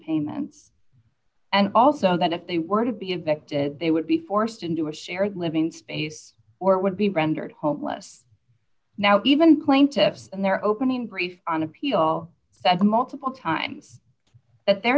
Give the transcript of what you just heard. payments and also that if they were to be evicted they would be forced into a shared living space or would be rendered homeless now even plaintiffs and their opening brief on appeal said multiple times that they're